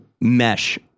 mesh